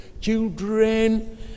Children